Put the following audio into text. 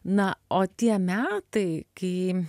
na o tie metai kai